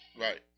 Right